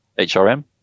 HRM